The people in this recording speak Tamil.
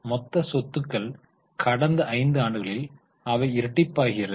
மொத்த சொத்துக்கள் கடந்த 5 ஆண்டுகளில் அவை இரட்டிப்பாகிறது